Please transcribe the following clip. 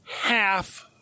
Half